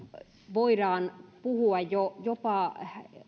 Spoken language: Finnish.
voidaan puhua jopa